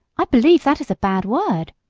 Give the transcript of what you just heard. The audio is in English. i believe that is a bad word.